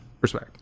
Respect